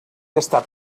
gastar